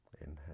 inhale